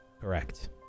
Correct